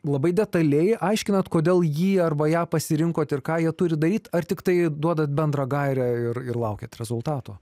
labai detaliai aiškinat kodėl jį arba ją pasirinkot ir ką jie turi daryt ar tiktai duodat bendrą gairę ir ir laukiat rezultato